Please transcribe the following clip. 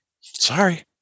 sorry